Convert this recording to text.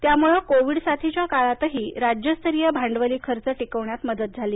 त्यामुळं कोविड साथीच्या काळातही राज्यस्तरीय भांडवली खर्च टिकविण्यात मदत झाली